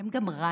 הם גם רעים.